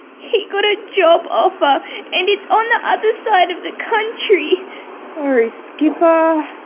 he got a job offer and it's on the other side of the country oh skipper.